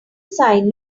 sign